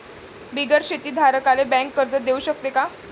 बिगर शेती धारकाले बँक कर्ज देऊ शकते का?